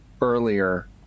earlier